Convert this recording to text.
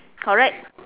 correct